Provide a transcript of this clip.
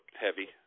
heavy